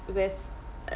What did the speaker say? with a